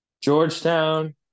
Georgetown